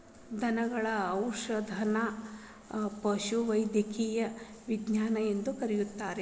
ದನಗಳ ಔಷಧದನ್ನಾ ಪಶುವೈದ್ಯಕೇಯ ವಿಜ್ಞಾನ ಎಂದು ಕರೆಯುತ್ತಾರೆ